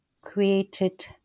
created